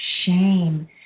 shame